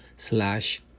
slash